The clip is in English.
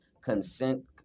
consent